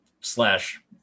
slash